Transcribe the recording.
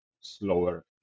slower